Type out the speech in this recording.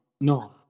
No